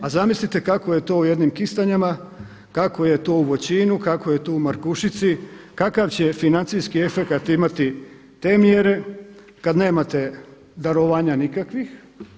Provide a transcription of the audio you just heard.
A zamislite kako je to u jednim Kistanjama, kako je to u Voćinu, kako je to u Markušici, kakav će financijski efekat imati te mjere kada nemate darovanja nikakvih.